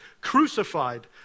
crucified